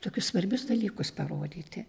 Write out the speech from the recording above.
tokius svarbius dalykus parodyti